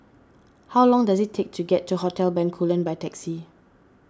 how long does it take to get to Hotel Bencoolen by taxi